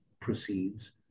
proceeds